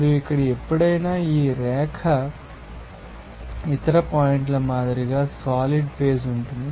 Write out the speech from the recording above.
మరియు ఇక్కడ ఎప్పుడైనా ఈ రేఖ ఇతర పాయింట్ల మాదిరిగా సాలిడ్ ఫేజ్ ఉంటుంది